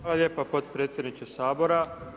Hvala lijepo potpredsjedniče Sabora.